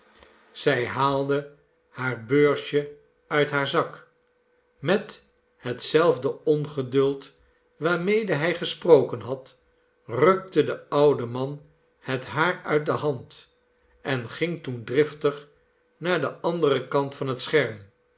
zij haalde haar beursje uit haarzak met hetzelfde ongeduld waarmede hij gesproken had rukte de oude man het haar uit de hand en ging toen driftig naar den anderen kant van het scherm